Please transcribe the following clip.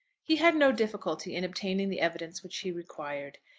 he had no difficulty in obtaining the evidence which he required.